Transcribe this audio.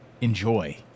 enjoy